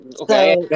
Okay